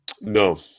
No